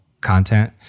content